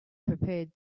prepared